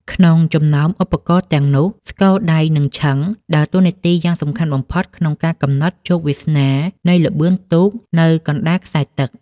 ក្នុងចំណោមឧបករណ៍ទាំងនោះ ស្គរដៃ និងឈឹង ដើរតួនាទីយ៉ាងសំខាន់បំផុតក្នុងការកំណត់ជោគវាសនានៃល្បឿនទូកនៅកណ្តាលខ្សែទឹក។